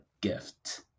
gift